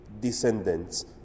descendants